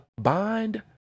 bind